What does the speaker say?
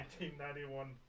1991